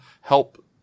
help